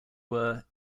were